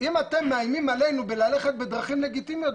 אם אתם מאיימים עלינו בללכת בדרכים לגיטימיות,